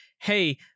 hey